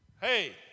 Hey